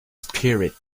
spirit